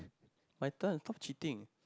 my turn stop cheating